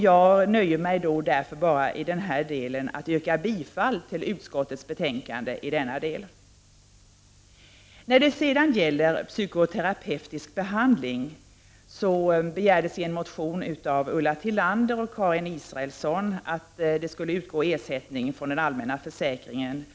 Jag nöjer mig därför i den här delen med att yrka bifall till utskottets hemställan. För psykoterapeutisk behandling begärs i en motion av Ulla Tillander och Karin Israelsson att ersättning skall utgå från den allmänna försäkringen.